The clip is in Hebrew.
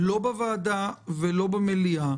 לא בוועדה ולא במליאה.